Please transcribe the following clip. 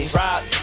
rock